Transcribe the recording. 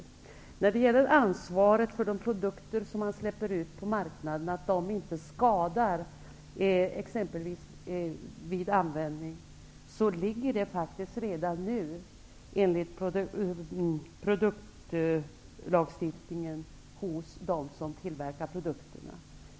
Ansvaret för att de produkter som man släpper ut på marknaden inte skadar vid exempelvis användning ligger redan nu enligt produktlagstiftningen hos dem som tillverkar produkterna.